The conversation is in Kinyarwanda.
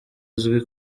uzwi